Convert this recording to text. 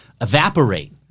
evaporate